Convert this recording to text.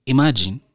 Imagine